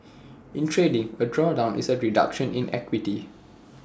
in trading A drawdown is A reduction in equity